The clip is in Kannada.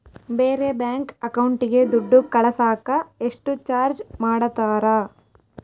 ಬೇರೆ ಬ್ಯಾಂಕ್ ಅಕೌಂಟಿಗೆ ದುಡ್ಡು ಕಳಸಾಕ ಎಷ್ಟು ಚಾರ್ಜ್ ಮಾಡತಾರ?